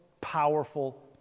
powerful